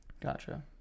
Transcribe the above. Gotcha